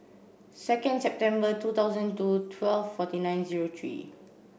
second September two thousand two twelve forty nine zero three